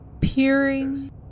Peering